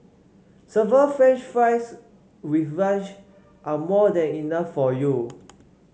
seven french fries with lunch are more than enough for you